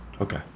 Okay